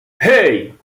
hey